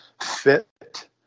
fit